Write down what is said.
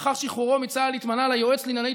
לאחר שחרורו מצה"ל התמנה ליועץ לענייני